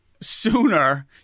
sooner